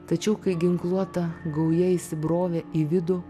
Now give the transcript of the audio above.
tačiau kai ginkluota gauja įsibrovė į vidų